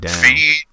feed